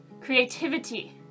creativity